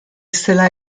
zela